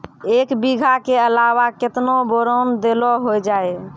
एक बीघा के अलावा केतना बोरान देलो हो जाए?